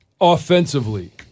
offensively